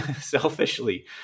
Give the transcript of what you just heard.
selfishly